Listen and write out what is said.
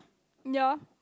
ye